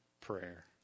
prayer